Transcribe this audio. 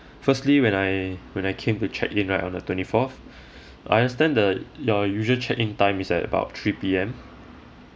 firstly when I when I came to check in right on the twenty fourth I understand that your usual check-in time is at about three P_M